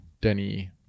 Denny